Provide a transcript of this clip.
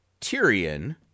Tyrion